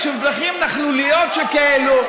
דרכים נכלוליות שכאלו,